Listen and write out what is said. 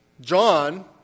john